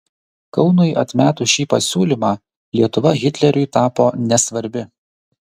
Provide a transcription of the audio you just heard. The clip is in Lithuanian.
kaunui atmetus šį pasiūlymą lietuva hitleriui tapo nesvarbi